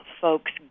folks